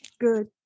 good